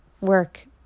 work